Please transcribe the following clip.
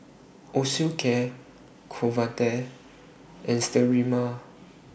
Osteocare Convatec and Sterimar